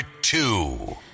two